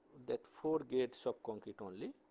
that four gates of concrete only,